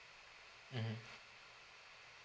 mmhmm